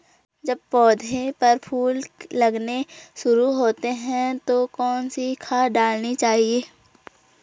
जब पौधें पर फूल लगने शुरू होते हैं तो कौन सी खाद डालनी चाहिए?